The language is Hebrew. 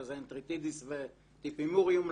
שזה אינטריטידיס וטיפימוריום,